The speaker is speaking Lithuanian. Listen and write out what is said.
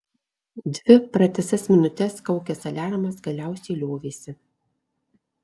dvi pratisas minutes kaukęs aliarmas galiausiai liovėsi